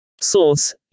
Source